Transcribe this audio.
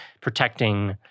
protecting